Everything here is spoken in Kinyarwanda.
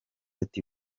ati